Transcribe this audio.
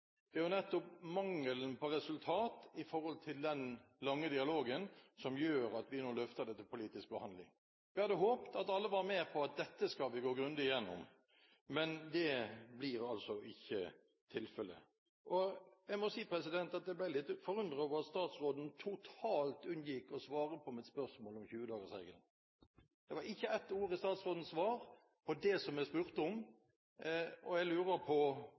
Det er jo nettopp mangelen på resultat i forhold til den lange dialogen som gjør at vi nå løfter det til politisk behandling. Vi hadde håpet at alle var med på at dette skal vi gå grundig igjennom, men det blir altså ikke tilfellet. Jeg må si jeg ble litt forundret over at statsråden totalt unngikk å svare på mitt spørsmål om 20-dagersregelen. Det var ikke ett ord i statsrådens svar om det som jeg spurte om, og jeg lurer på